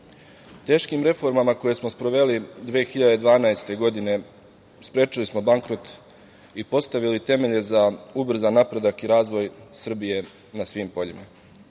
rad. Teškim reformama koje smo sproveli 2012. godine sprečili smo bankrot i postavili temelje za ubrzan napredak i razvoj Srbije na svim poljima.